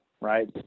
right